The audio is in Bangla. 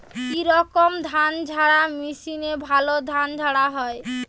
কি রকম ধানঝাড়া মেশিনে ভালো ধান ঝাড়া হয়?